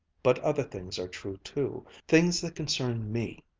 but other things are true too, things that concern me.